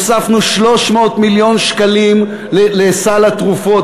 הוספנו 300 מיליון שקלים לסל התרופות.